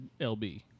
LB